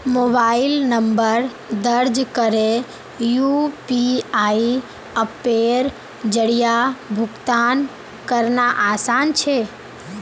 mobile number दर्ज करे UPI अप्पेर जरिया भुगतान करना आसान छे